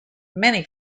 many